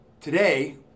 Today